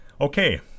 okay